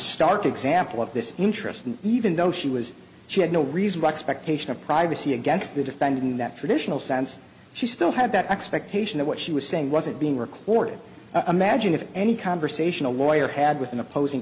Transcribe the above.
stark example of this interest and even though she was she had no reason to expect patient privacy against the defendant that traditional sense she still had that expectation that what she was saying wasn't being recorded imagine if any conversation a lawyer had with an opposing